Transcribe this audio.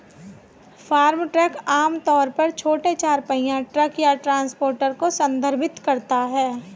farm truck आम तौर पर छोटे चार पहिया ट्रक या ट्रांसपोर्टर को संदर्भित करता है